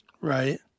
Right